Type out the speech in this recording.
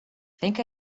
think